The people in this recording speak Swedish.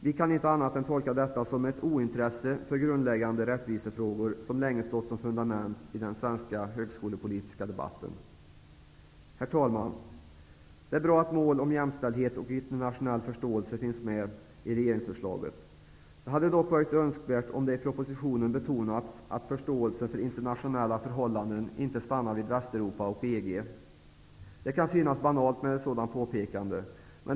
Vi kan inte annat än tolka detta som ett ointresse för de grundläggande rättvisefrågor som länge stått som fundament i den svenska högskolepolitiska debatten. Herr talman! Det är bra att mål om jämställdhet och internationell förståelse finns med i regeringsförslaget. Det hade dock varit önskvärt om det i propositionen hade betonats att förståelsen för internationella förhållanden inte stannar vid Västeuropa och EG. Det kan synas banalt med ett sådant påpekande.